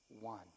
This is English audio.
one